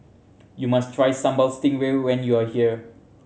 you must try Sambal Stingray when you are here